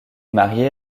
marié